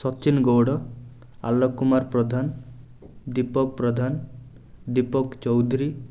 Sachin Gaur Alok Kumar Pradhan Deepak Pradhan Deepak Choudhury